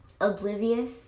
oblivious